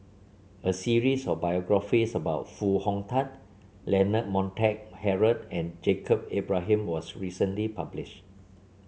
a series of biographies about Foo Hong Tatt Leonard Montague Harrod and Ibrahim was recently published